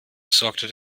sorgte